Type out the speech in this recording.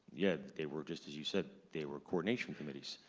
yeah, they were just as you said. they were coordination committees,